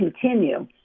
continue